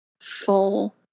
full